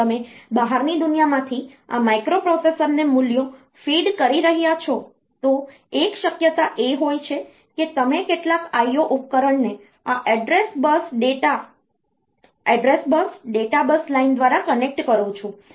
જો તમે બહારની દુનિયામાંથી આ માઇક્રોપ્રોસેસરને મૂલ્યો ફીડ કરી રહ્યાં છો તો એક શક્યતા એ હોય છે કે તમે કેટલાક IO ઉપકરણને આ address bus data bus line દ્વારા કનેક્ટ કરો છો